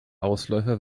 ausläufer